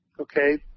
okay